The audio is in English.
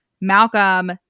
Malcolm